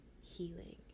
healing